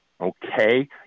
Okay